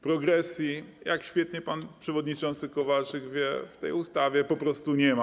Progresji, jak doskonale pan przewodniczący Kowalczyk wie, w tej ustawie po prostu nie ma.